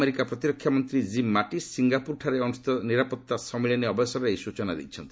America ପ୍ରତିରକ୍ଷା ମନ୍ତ୍ରୀ Jim Mattis ସିଙ୍ଗାପୁରଠାରେ ଅନୁଷ୍ଠିତ ନିରାପତ୍ତା ସମ୍ମିଳନୀ ଅବସରରେ ଏହି ସୂଚନା ଦେଇଛନ୍ତି